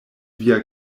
via